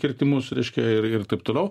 kirtimus reiškia ir ir taip toliau